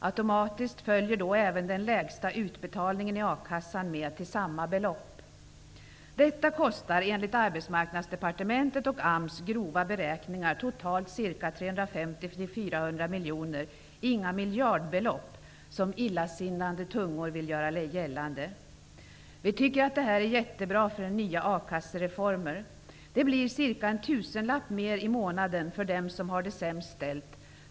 Automatiskt följer då även den lägsta utbetalningen i a-kassan med till samma belopp. grova beräkningar kostar detta totalt ca 350--400 miljoner, alltså inga miljardbelopp som illasinnade tungor vill göra gällande. Vi tycker att detta är jättebra för den nya akassereformen. Det blir cirka en tusenlapp mer i månaden för dem som har det sämst ställt.